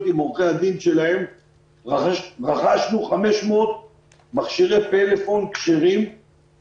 עם עורכי הדין שלהם רכשנו 500 מכשירי פלאפון כשרים.